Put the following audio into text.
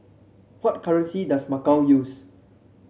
what currency does Macau use